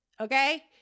okay